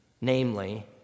namely